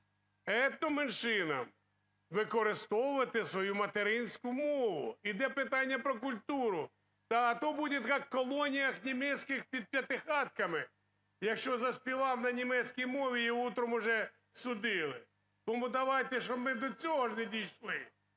використовувати свою материнську мову. Іде питання про культуру, а то будет, как колониянемецких під П'ятихатками: якщо заспівав на німецькій мові – іутром уже судили. Тому давайте, щоб ми до цього ж не дійшли.